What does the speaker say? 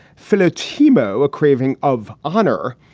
philip timmo a craving of honor.